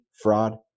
fraud